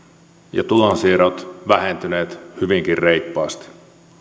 ja tulonsiirrot vähentyneet hyvinkin reippaasti